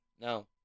No